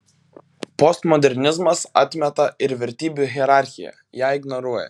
postmodernizmas atmeta ir vertybių hierarchiją ją ignoruoja